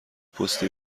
پستی